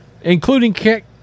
including